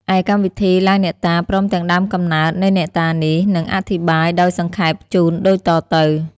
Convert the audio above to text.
ឯកម្មវិធីឡើងអ្នកតា ព្រមទាំងដើមកំណើតនៃអ្នកតានេះ នឹងអធិប្បាយដោយសង្ខេបជូនដូចតទៅ។